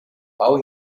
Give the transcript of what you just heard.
pau